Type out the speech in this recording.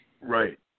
Right